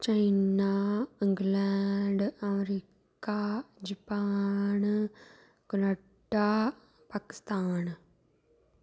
China England America Japan Canada Pakistan